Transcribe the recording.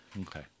Okay